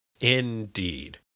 Indeed